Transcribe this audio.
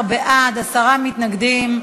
18 בעד, עשרה מתנגדים.